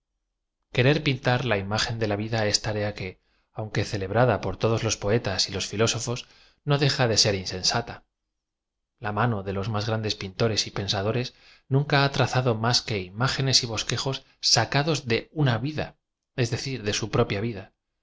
querer pintar la imagen de la vida es ta rea que aunque celebrada por todos los poetas y los filósofos no deja de ser ioaensata la mano de los más grandes pintores j pensadores nunca ha trazado más que imágenes y bosquejos sacados de una vida es decir de su propia vida